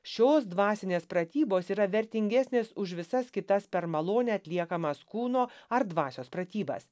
šios dvasinės pratybos yra vertingesnės už visas kitas per malonę atliekamas kūno ar dvasios pratybas